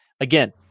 Again